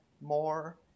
more